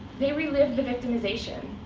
they relive the victimization.